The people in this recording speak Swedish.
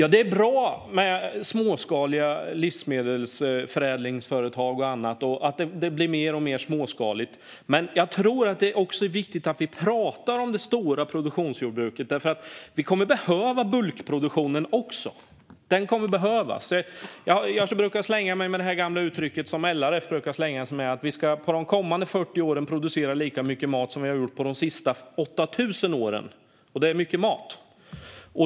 Det är bra med småskaliga livsmedelsförädlingsföretag och annat och att det blir mer och mer småskaligt. Men jag tror att det är viktigt att vi också pratar om det stora produktionsjordbruket, för vi kommer att behöva bulkproduktionen också. Den kommer att behövas. Jag brukar slänga mig med LRF:s gamla uttryck: Under de kommande 40 åren ska vi producera lika mycket mat som vi har gjort under de senaste 8 000 åren. Det är mycket mat!